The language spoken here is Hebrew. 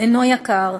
אינו יקר,